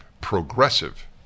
progressive